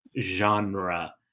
genre